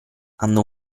andò